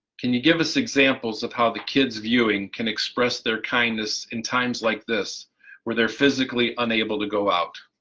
can you give us examples of how the kids viewing can express their kindness in times like this where they're physically unable to go out.